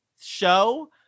show